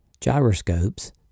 Gyroscopes